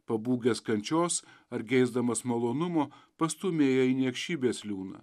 pabūgęs kančios ar geisdamas malonumo pastūmėja į niekšybės liūną